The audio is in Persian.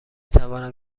توانم